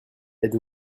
êtes